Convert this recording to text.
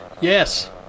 Yes